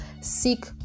seek